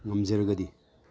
ꯉꯝꯖꯔꯒꯗꯤ